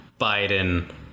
Biden